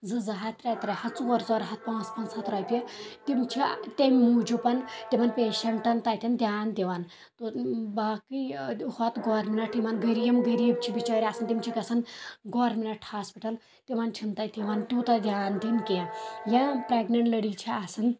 زٕ زٕ ہتھ ترٛےٚ ترٛےٚ ہتھ ژور ژور ہتھ پانٛژھ پانٛژھ ہتھ رۄپیہِ تِم چھِ تٔمہِ موٗجوٗب تِمن پیشنٹن تتٮ۪ن دِیان دِوان تہٕ باقٕے ہۄتھ گورمنٹ یِمن غریٖب غریٖب یِم غریٖب چھِ بچٲۍ آسان تِم چھِ گژھان گورمنٹ ہاسپٹل تِمن چھُنہٕ تتہِ یِوان تیوٗتاہ دِیان دِنہٕ کینٛہہ یِم پرٛیگنیٹ لیڈیٖز چھِ آسان